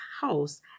house